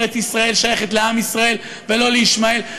ארץ ישראל שייכת לעם ישראל ולא לישמעאל,